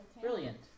Brilliant